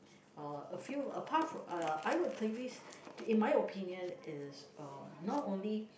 uh a few apart from uh I would think this in my opinion is uh not only